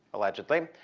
allegedly,